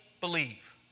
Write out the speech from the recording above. believe